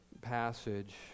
passage